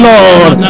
Lord